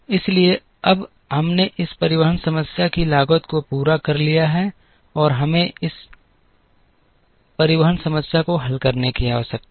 इसलिए अब हमने इस परिवहन समस्या की लागत को पूरा कर लिया है और हमें अब इस परिवहन समस्या को हल करने की आवश्यकता है